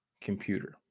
computer